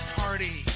party